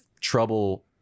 trouble